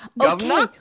Okay